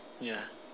yeah